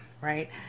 right